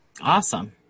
awesome